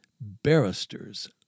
barristers